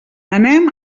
anem